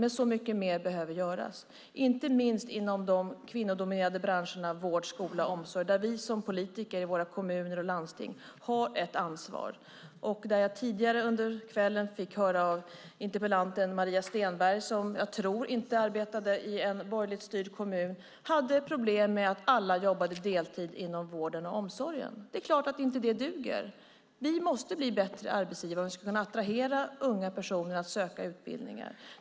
Dock behöver det göras mycket mer, inte minst inom de kvinnodominerade branscherna vård, skola och omsorg. Där har vi politiker i kommuner och landsting ett ansvar. Tidigare fick jag av interpellanten Maria Stenberg, som jag tror inte arbetade i en borgerligt styrd kommun, höra om problemet att alla jobbade deltid inom vård och omsorg. Det duger givetvis inte. Vi måste bli bättre arbetsgivare om vi ska kunna attrahera unga att söka utbildningar.